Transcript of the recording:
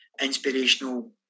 inspirational